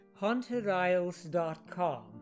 HauntedIsles.com